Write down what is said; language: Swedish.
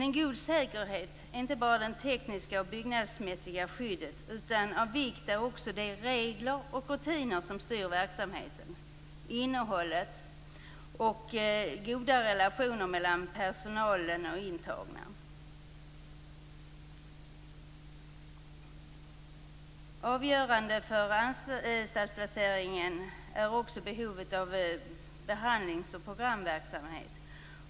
En god säkerhet är inte bara det tekniska och byggnadsmässiga skyddet. Av vikt är också de regler och rutiner som styr verksamheten, innehållet och goda relationer mellan personalen och intagna. Avgörande för anstaltsplaceringen är också behovet av behandlings och programverksamhet.